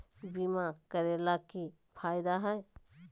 बीमा करैला के की फायदा है?